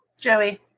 Joey